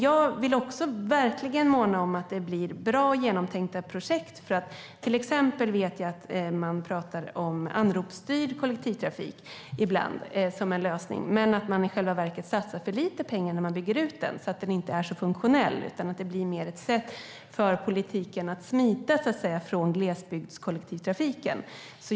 Jag vill också verkligen måna om att det blir bra och genomtänkta projekt. Jag vet att man till exempel ibland talar om anropsstyrd kollektivtrafik, men att man i själva verket satsar för lite pengar när man bygger ut den. Den blir därför inte så funktionell, utan den blir mer ett sätt för politiken att smita från glesbygdskollektivtrafiken.